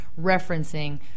referencing